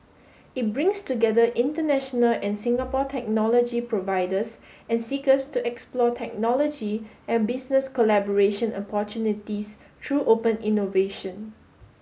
it brings together international and Singapore technology providers and seekers to explore technology and business collaboration opportunities through open innovation